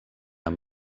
amb